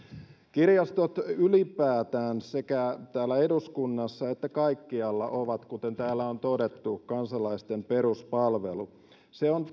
kirjastot ylipäätään sekä täällä eduskunnassa että kaikkialla ovat kuten täällä on todettu kansalaisten peruspalvelu se on